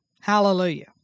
Hallelujah